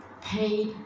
paid